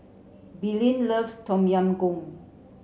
Belen loves Tom Yam Goong